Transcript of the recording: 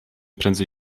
prędzej